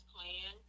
Plan